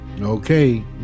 Okay